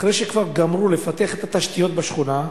אחרי שגמרו לפתח את התשתיות בשכונה,